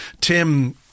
Tim